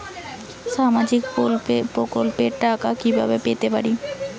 সামাজিক প্রকল্পের টাকা কিভাবে পেতে পারি?